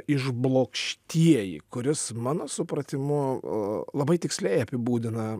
išblokštieji kuris mano supratimu labai tiksliai apibūdina